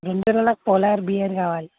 వెనీలాలో polar bear కావాలి